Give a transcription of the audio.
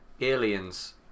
aliens